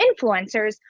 influencers